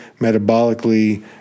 metabolically